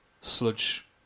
sludge